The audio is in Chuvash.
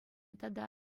тата